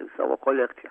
savo kolekciją